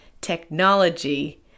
technology